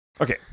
Okay